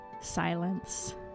silence